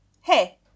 hey